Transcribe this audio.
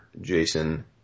Jason